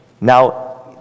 now